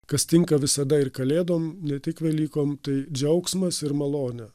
kas tinka visada ir kalėdom ne tik velykom tai džiaugsmas ir malonė